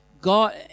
God